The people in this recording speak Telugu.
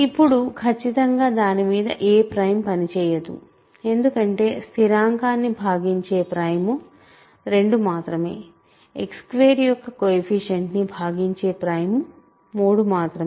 ఇప్పుడు ఖచ్చితంగా దాని మీద ఏ ప్రైమ్ పనిచేయదు ఎందుకంటే స్థిరాంకాన్ని భాగించే ప్రైమ్ 2 మాత్రమే X2 యొక్క కొయెఫిషియంట్ని భాగించే ప్రైమ్ 3 మాత్రమే